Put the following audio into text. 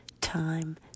time